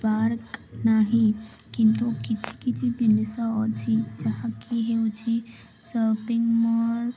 park ନାହିଁ କିନ୍ତୁ କିଛି କିଛି ଜିନିଷ ଅଛି ଯାହାକି ହେଉଛି ସପିଂ ମଲ୍